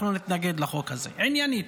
אנחנו נתנגד לחוק הזה, עניינית.